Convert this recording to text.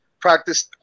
practice